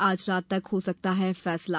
आज रात तक हो सकता है फैसला